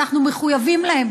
ואנחנו מחויבים להם,